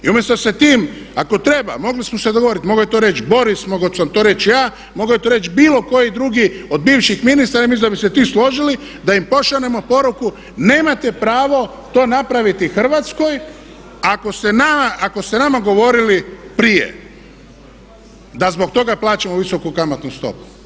I umjesto da se tim, ako treba mogli smo se dogovoriti, mogao je to reći Boris, mogao sam to reći ja, mogao je to reći bilo koji drugi od bivših ministara i mislim da bi se svi složili da im pošaljemo poruku nemate pravo to napraviti Hrvatskoj ako ste nama govorili prije da zbog toga plaćamo visoku kamatnu stopu.